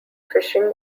fishing